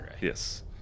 Yes